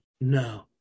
no